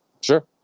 Sure